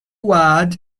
was